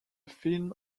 film